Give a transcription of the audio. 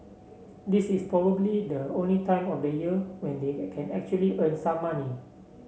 this is probably the only time of the year when they can actually earn some money